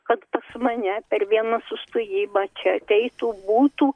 kad pas mane per vieną sustohimą čia ateitų būtų